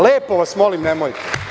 Lepo vas molim nemojte.